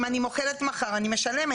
אם אני מוכרת מחר אני משלמת.